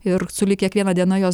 ir sulig kiekviena diena jos